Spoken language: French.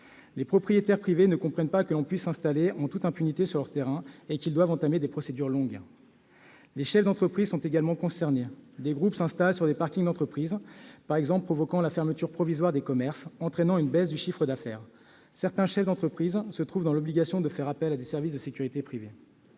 Les propriétaires privés ne comprennent pas que l'on puisse s'installer en toute impunité sur leur terrain et qu'ils doivent entamer des procédures longues. Les chefs d'entreprises sont également concernés. Des groupes s'installent par exemple sur des parkings de commerces, provoquant leur fermeture provisoire et une baisse du chiffre d'affaires. Certains chefs d'entreprise se trouvent dans l'obligation de faire appel à des services de sécurité privés.